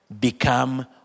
Become